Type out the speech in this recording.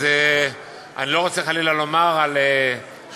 אז אני לא רוצה חלילה לומר על אדם,